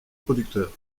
producteur